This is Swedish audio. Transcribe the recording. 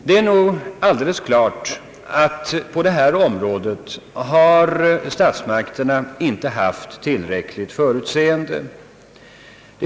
Det är nog alldeles klart att statsmakterna på detta område inte har haft tillräckligt förutseende.